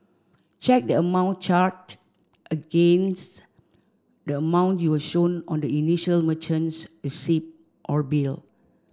check the amount charge against the amount you were shown on the initial merchant's receipt or bill